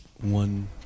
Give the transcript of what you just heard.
One